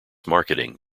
marketing